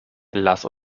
lass